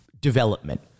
development